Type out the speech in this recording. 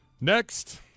Next